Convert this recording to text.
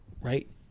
Right